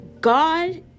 god